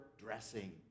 dressing